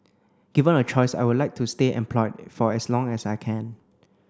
given a choice I would like to stay employed for as long as I can